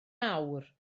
awr